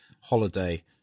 holiday